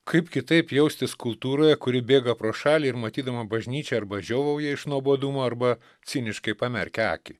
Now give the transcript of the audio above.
kaip kitaip jaustis kultūroje kuri bėga pro šalį ir matydama bažnyčią arba žiovauja iš nuobodumo arba ciniškai pamerkia akį